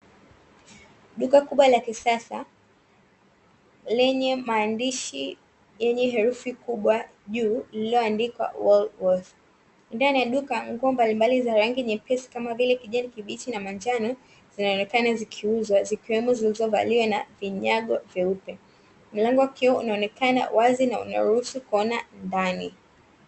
Duka kubwa la kisasa lenye maandishi yenye herufi kubwa juu lililoandikwa "WOOLWORTHS", ndani ya duka nguo mbalimbali za rangi nyepesi kama vile kijani kibichi na manjano, zinaonekana zikiuzwa zikiwemo vimevaliwa na vinyago vyeupe. Mlango unaonekana wazi na unaruhusu kuona ndani.